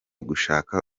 gushaka